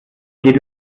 geht